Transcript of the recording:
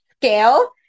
scale